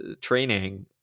training